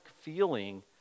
feeling